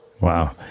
Wow